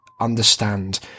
understand